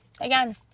Again